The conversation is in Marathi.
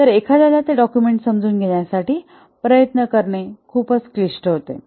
तर एखाद्याला ते डाक्युमेंट समजून घेण्यासाठी प्रयत्न करणे खूपच क्लिष्ट होते